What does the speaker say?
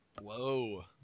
Whoa